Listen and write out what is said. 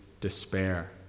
despair